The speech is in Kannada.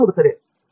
professor G